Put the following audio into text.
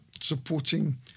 supporting